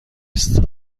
است